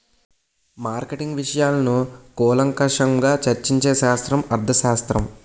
marketing విషయాలను కూలంకషంగా చర్చించే శాస్త్రం అర్థశాస్త్రం